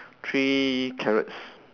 three carrots